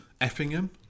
Effingham